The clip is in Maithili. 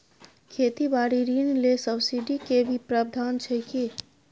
खेती बारी ऋण ले सब्सिडी के भी प्रावधान छै कि?